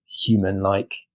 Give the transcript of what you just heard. human-like